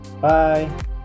Bye